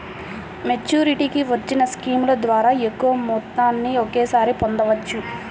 మెచ్యూరిటీకి వచ్చిన స్కీముల ద్వారా ఎక్కువ మొత్తాన్ని ఒకేసారి పొందవచ్చు